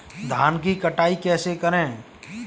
धान की कटाई कैसे करें?